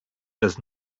does